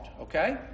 okay